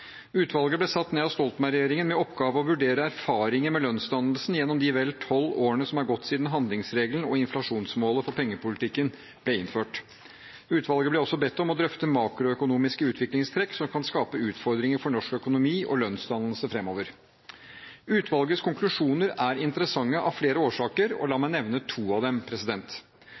Utvalget ble satt ned av Stoltenberg-regjeringen, med oppgave å vurdere erfaringer med lønnsdannelsen gjennom de vel tolv årene som har gått siden handlingsregelen og inflasjonsmålet for pengepolitikken ble innført. Utvalget ble også bedt om å drøfte makroøkonomiske utviklingstrekk som kan skape utfordringer for norsk økonomi og lønnsdannelse fremover. Utvalgets konklusjoner er interessante av flere årsaker, og la meg nevne to av dem.